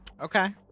Okay